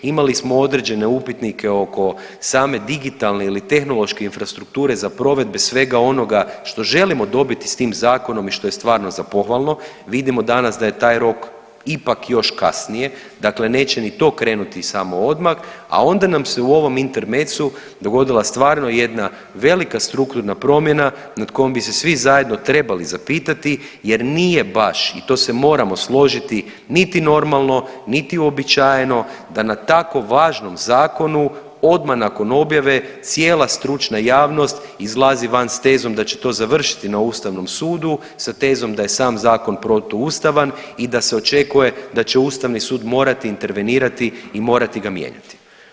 Imali smo određene upitnike oko same digitalne ili tehnološke infrastrukture za provedbe svega onoga što želimo dobiti s tim zakonom i što je stvarno za pohvalno, vidimo danas da je taj rok ipak još kasnije, dakle neće ni to krenuti samo odmah, a onda nam se u ovom intermecu dogodila stvarno jedna velika strukturna promjena nad kojom bi se svi zajedno trebali zapitati jer nije baš i to se moramo složiti niti normalno, niti uobičajeno da na tako važnom zakonu odma nakon objave cijela stručna javnost izlazi van s tezom da će to završiti na ustavnom sudu sa tezom da je sam zakon protuustavan i da se očekuje da će ustavni sud morati intervenirati i morati ga mijenjati.